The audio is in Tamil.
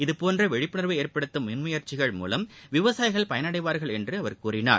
இதபோன்றவிழிப்புணர்வு ஏற்படுத்தும் முன்முயற்சிகள் மூவம் விவசாயிகள் பயனடைவார்கள் என்றுஅவர் கூறினார்